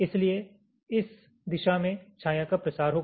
इसलिए इस दिशा में छाया का प्रसार होगा